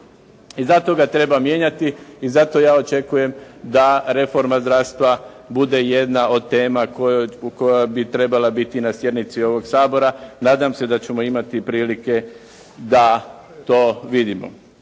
I zato ga treba mijenjati i zato ja očekujem da reforma zdravstva bude jedna od tema koja bi trebala biti na sjednici ovoga Sabora. Nadam se da ćemo imati prilike da to vidimo.